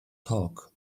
talk